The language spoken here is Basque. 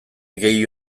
gehi